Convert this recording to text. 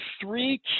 three